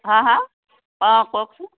হা হা অ' কওকচোন